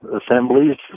assemblies